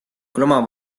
oma